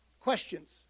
questions